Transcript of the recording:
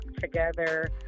together